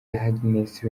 agnes